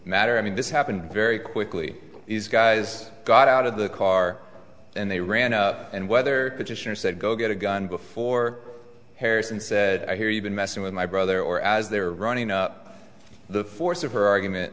matter i mean this happened very quickly these guys got out of the car and they ran up and whether petitioner said go get a gun before harrison said i hear you've been messing with my brother or as they're running up the force of her argument